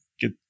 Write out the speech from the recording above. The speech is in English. get